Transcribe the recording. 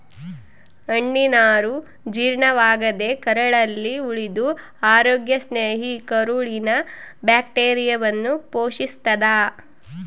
ಹಣ್ಣಿನನಾರು ಜೀರ್ಣವಾಗದೇ ಕರಳಲ್ಲಿ ಉಳಿದು ಅರೋಗ್ಯ ಸ್ನೇಹಿ ಕರುಳಿನ ಬ್ಯಾಕ್ಟೀರಿಯಾವನ್ನು ಪೋಶಿಸ್ತಾದ